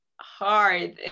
hard